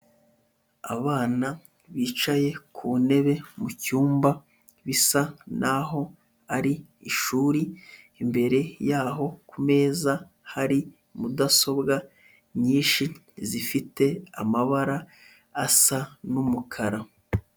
Abana bicaye ku ntebe mu cyumba bisa n'aho ari ishuri, imbere y'aho ku meza hari mudasobwa nyinshi zifite amabara asa n'umukara.